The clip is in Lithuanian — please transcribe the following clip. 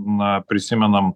na prisimenam